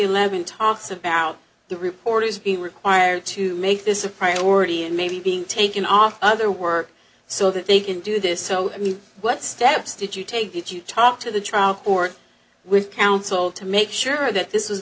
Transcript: eleven talks about the reporters being required to make this a priority and maybe being taken off other work so that they can do this so i mean what steps did you take that you talk to the trial court with counsel to make sure that this